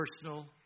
personal